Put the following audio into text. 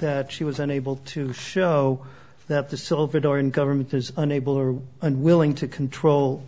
that she was unable to show that the silver dollar in government is unable or unwilling to control